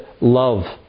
love